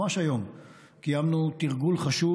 ממש היום,